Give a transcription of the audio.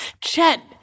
Chet